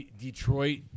Detroit